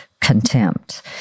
contempt